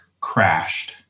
crashed